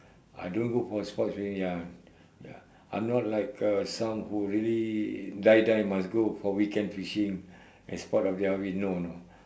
I don't go for sports already ya ya I'm not like a some who really die die must go for weekend fishing as part of their hobby no no